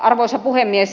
arvoisa puhemies